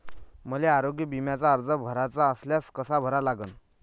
मले आरोग्य बिम्याचा अर्ज भराचा असल्यास कसा भरा लागन?